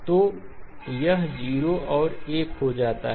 तो यह 0 और 1 हो जाता है